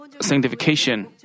sanctification